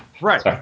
right